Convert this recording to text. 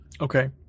Okay